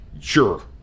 sure